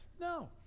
No